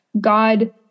God